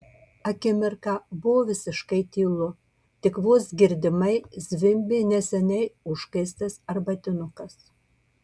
akimirką buvo visiškai tylu tik vos girdimai zvimbė neseniai užkaistas arbatinukas